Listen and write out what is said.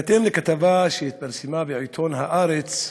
לפי כתבה שהתפרסמה בעיתון "הארץ"